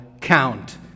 count